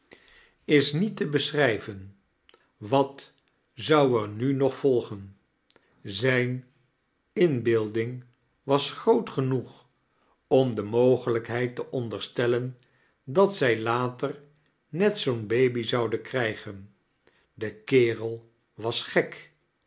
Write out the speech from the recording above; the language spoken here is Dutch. is niet te beschrijven wat zou er nu nog volgen zijne inbeelding was groot genoeg om de mogelijkheid te onderstellen dat zij later net zoo'n baby zouden krijgen de kerel was gek